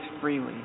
freely